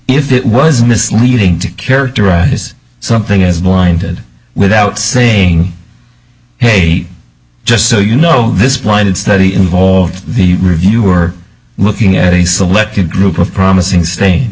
it was misleading to characterize something as blinded without saying hey just so you know this blinded study involved the review we're looking at a selected group of promising stain